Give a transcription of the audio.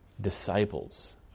Disciples